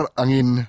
angin